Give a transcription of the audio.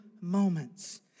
moments